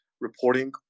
reporting